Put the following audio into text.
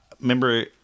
Remember